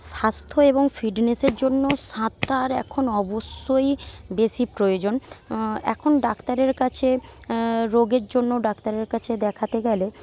স্বাস্থ্য এবং ফিটনেসের জন্য সাঁতার এখন অবশ্যই বেশি প্রয়োজন এখন ডাক্তারের কাছে রোগের জন্য ডাক্তারের কাছে দেখাতে গেলে